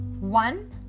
one